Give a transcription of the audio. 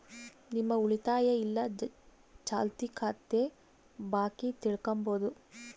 ನಿಮ್ಮ ಉಳಿತಾಯ ಇಲ್ಲ ಚಾಲ್ತಿ ಖಾತೆ ಬಾಕಿ ತಿಳ್ಕಂಬದು